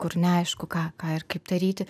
kur neaišku ką ką ir kaip daryti